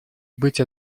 быть